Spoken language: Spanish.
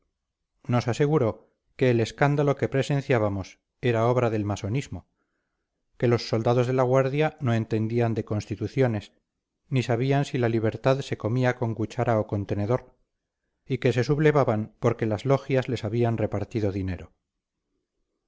nos aseguró que el escándalo que presenciábamos era obra del masonismo que los soldados de la guardia no entendían de constituciones ni sabían si la libertad se comía con cuchara o con tenedor y que se sublevaban porque las logias les habían repartido dinero